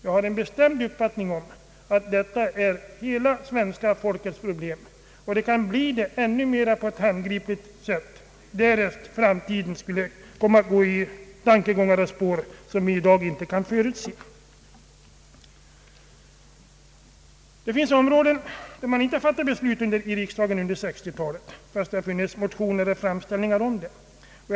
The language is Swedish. Jag har den bestämda uppfattningen att detta är hela svenska folkets problem och att det kommer att bli så på ett ännu mer handgripligt sätt om utvecklingen i framtiden blir annorlunda än vi i dag kan förutse. Det finns områden där man under sextiotalet inte fattat några beslut trots att det funnits motioner och andra framställningar därom.